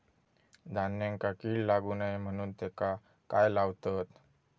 धान्यांका कीड लागू नये म्हणून त्याका काय लावतत?